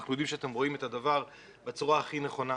אנחנו יודעים שאתם רואים את הדבר בצורה הכי נכונה,